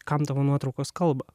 kam tavo nuotraukos kalba